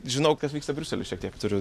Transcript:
žinau kas vyksta briusely šiek tiek turiu